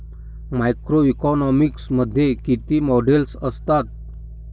Macroeconomics मध्ये किती models असतात?